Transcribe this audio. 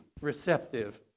receptive